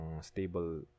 stable